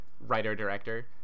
writer-director